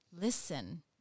listen